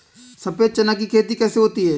सफेद चना की खेती कैसे होती है?